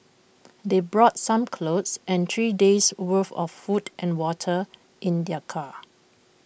they brought some clothes and three days' worth of food and water in their car